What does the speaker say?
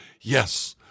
Yes